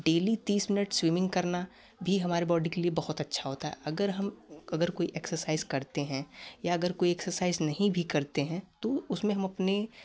daily तीस minute swimming करना भी हमारे बॉडी के लिए बहुत अच्छा होता है अगर हम अगर कोई एक्सर्साइज़ करते हैं या अगर कोई एक्सर्साइज़ नहीं भी करते हैं तो उसमें हम अपनी